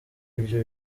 ibyo